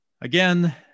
Again